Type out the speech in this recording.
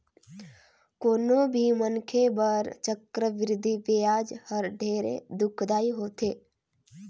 कोनो भी मनखे बर चक्रबृद्धि बियाज हर ढेरे दुखदाई होथे